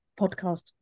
podcast